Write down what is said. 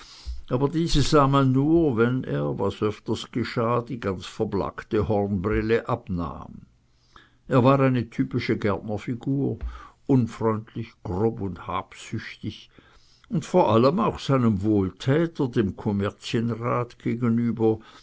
aber diese sah man nur wenn er was öfters geschah die ganz verblakte hornbrille abnahm er war eine typische gärtnerfigur unfreundlich grob und habsüchtig vor allem auch seinem wohltäter dem kommerzienrat gegenüber